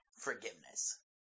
forgiveness